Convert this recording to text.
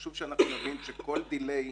חשוב שנבין שכל עיכוב